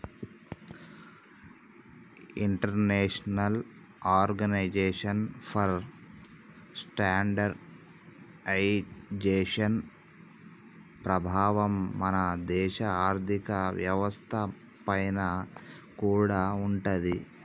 international Organization for Standardization ప్రభావం మన దేశ ఆర్ధిక వ్యవస్థ పైన కూడా ఉంటాది